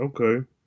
Okay